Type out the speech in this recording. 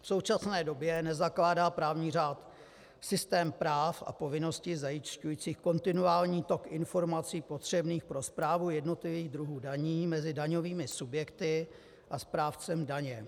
V současné době nezakládá právní řád systém práv a povinností zajišťujících kontinuální tok informací potřebných pro správu jednotlivých druhů daní mezi daňovými subjekty a správcem daně.